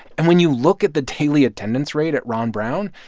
and when you look at the daily attendance rate at ron brown,